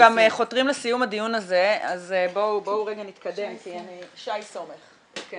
כבר רצים אחרי משרד הבריאות 10 שנים שמרשמי סמים יהיו רק